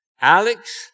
Alex